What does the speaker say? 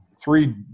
three